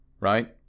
Right